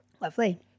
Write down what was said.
Lovely